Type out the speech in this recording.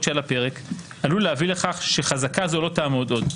שעל הפרק עלול להביא לכך שחזקה זו לא תעמוד עוד,